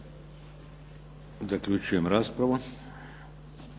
Zaključujem raspravu.